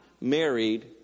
married